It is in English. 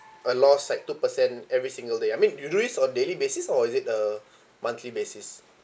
a loss like two percent every single day I mean you do this on daily basis or is it a monthly basis